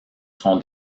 son